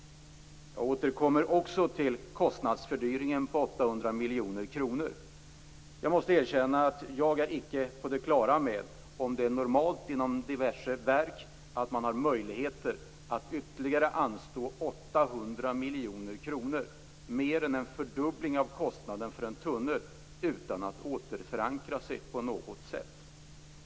Jag återkommer också till kostnadsfördyringen på 800 miljoner kronor. Jag måste erkänna att jag icke är på det klara med om det är normalt inom diverse verk att man har möjlighet att anslå ytterligare 800 miljoner kronor, mer än en fördubbling av kostnaden för en tunnel, utan att återförankra sig på något sätt.